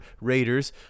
Raiders